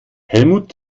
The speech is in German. helmut